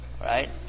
Right